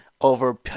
over